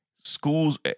schools